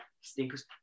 stinkers